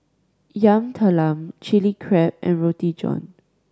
Yam Talam Chili Crab and Roti John